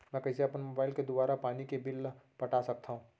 मैं कइसे अपन मोबाइल के दुवारा पानी के बिल ल पटा सकथव?